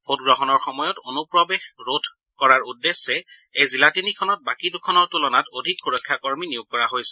ভোটগ্ৰহণৰ সময়ত অনুপ্ৰৱেশৰ প্ৰয়াস ৰোধ কৰাৰ উদ্দেশ্যে এই জিলা তিনিখনত বাকী দুখনৰ তুলনাত অধিক সূৰক্ষা কৰ্মী নিয়োগ কৰা হৈছে